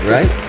Right